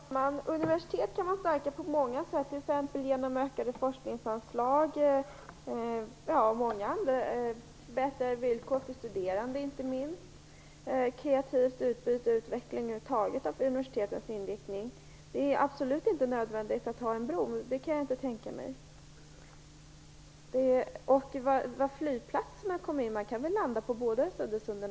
Herr talman! Universitet kan man stärka på många sätt, t.ex. genom ökade forskningsanslag, förbättrade villkor för studerande, kreativt utbyte och utveckling över huvud taget av universitetets inriktning. Det är absolut inte nödvändigt att ha en bro. Det kan jag inte tänka mig. Bertil Persson talade om flygplatserna. Man kan väl landa på båda sidorna av sundet.